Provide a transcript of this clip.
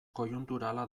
koiunturala